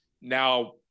now